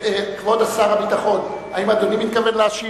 כבוד שר הביטחון, האם אדוני מתכוון להשיב?